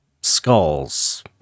Skulls